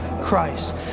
Christ